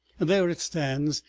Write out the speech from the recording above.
there it stands,